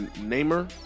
Namer